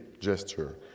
gesture